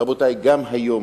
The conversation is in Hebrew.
רבותי, גם היום,